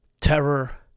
Terror